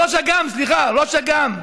ראש אג"ם, סליחה, ראש אג"ם,